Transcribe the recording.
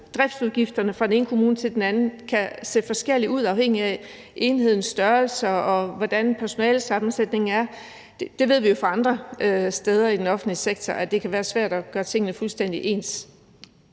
driftsudgifterne fra den ene kommune til den anden kan se forskellige ud afhængigt af enhedens størrelse, og hvordan personalesammensætningen er. Vi ved jo fra andre steder i den offentlige sektor, at det kan være svært at gøre tingene fuldstændig ens.